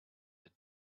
had